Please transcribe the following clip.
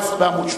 סעיף 14 בעמוד 13,